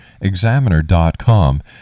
Examiner.com